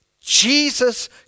Jesus